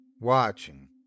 watching